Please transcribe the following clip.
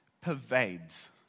pervades